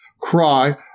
cry